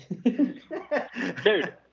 Dude